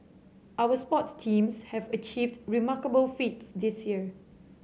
our sports teams have achieved remarkable feats this year